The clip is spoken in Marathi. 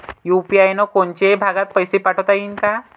यू.पी.आय न कोनच्याही भागात पैसे पाठवता येईन का?